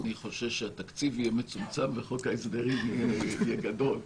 אני חושש שהתקציב יהיה מצומצם וחוק ההסדרים יהיה גדול.